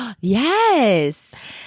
Yes